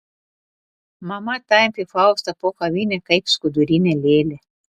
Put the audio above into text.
mama tampė faustą po kavinę kaip skudurinę lėlę